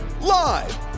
Live